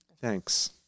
Thanks